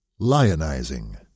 Lionizing